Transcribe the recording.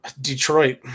Detroit